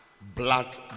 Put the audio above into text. blood